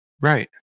Right